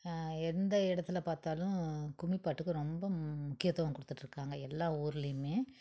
எந்த இடத்துல பார்த்தாலும் கும்மி பாட்டுக்கு ரொம்ப முக்கியத்துவம் கொடுத்துட்ருக்காங்க எல்லா ஊர்லேயுமே